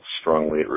strongly